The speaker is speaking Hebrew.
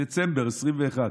בדצמבר 2021,